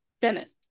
Bennett